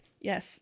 Yes